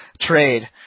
trade